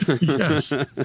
Yes